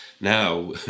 now